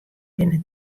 binne